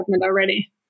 already